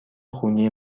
خونی